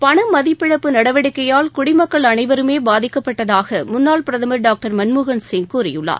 பண மதிப்பிழப்பு நடவடிக்கையால் குடிமக்கள் அனைவருமே பாதிக்கப்பட்டதாக முன்னாள் பிரதமா் டாக்டர் மன்மோகன்சிங் கூறியுள்ளார்